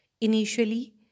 Initially